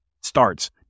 starts